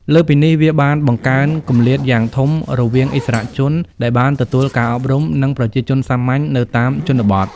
លើសពីនេះ វាបានបង្កើនគម្លាតយ៉ាងធំរវាងឥស្សរជនដែលបានទទួលការអប់រំ និងប្រជាជនសាមញ្ញនៅតាមជនបទ។